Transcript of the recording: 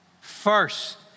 First